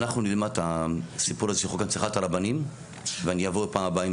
אנחנו נלמד את הסיפור הזה של חוק הנצחת הרבנים ואני אבוא פעם הבאה עם